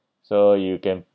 so you can